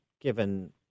given